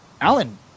Alan